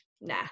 Nah